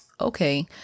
okay